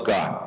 God